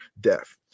death